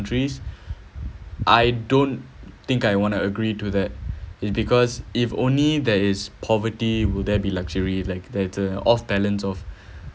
countries I don't think I want to agree to that is because if only there is poverty will there be luxury like of talents of